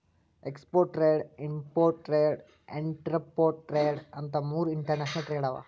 export trade, import trade, entrepot trade ಅಂತ್ ಮೂರ್ international trade ಅವಾ